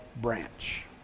branch